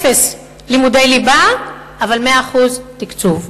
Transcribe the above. אפס לימודי ליבה, אבל 100% תקצוב,